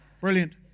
brilliant